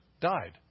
died